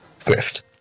Grift